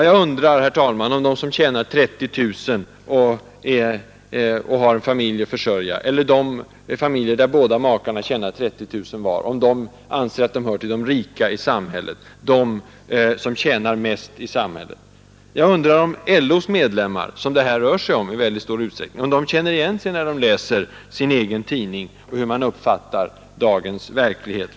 Jag undrar, herr talman, om de som tjänar 30 000 kronor och har familj att försörja, eller de familjer där makarna tjänar 30 000 kronor vardera, anser att de hör till de rika i samhället, de som tjänar mest i samhället. Jag undrar om LO:s medlemmar, som det i mycket stor utsträckning rör sig om, känner igen sig när de läser i sin egen tidning om hur man uppfattar deras verklighet.